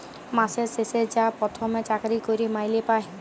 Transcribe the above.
মাসের শেষে বা পথমে চাকরি ক্যইরে মাইলে পায়